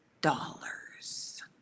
dollars